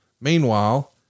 Meanwhile